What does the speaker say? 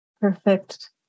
perfect